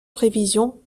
prévisions